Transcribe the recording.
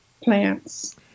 plants